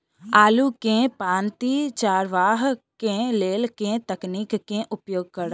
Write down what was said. आलु केँ पांति चरावह केँ लेल केँ तकनीक केँ उपयोग करऽ?